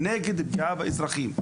נגד פגיעה באזרחים.